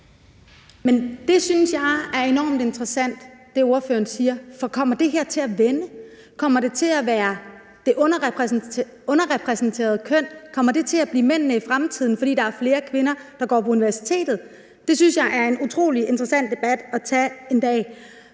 siger, synes jeg er enormt interessant, for kommer det her til at vende? Kommer det underrepræsenterede køn til at blive mændene i fremtiden, fordi der er flere kvinder, der går på universitetet? Det synes jeg er en utrolig interessant debat at tage en dag.